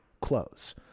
close